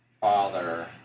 father